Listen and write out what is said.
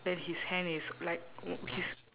then his hand is like his